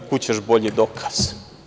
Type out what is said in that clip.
Kud ćeš bolji dokaz.